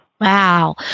Wow